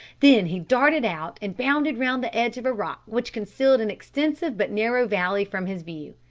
then he darted out and bounded round the edge of a rock which concealed an extensive but narrow valley from his view,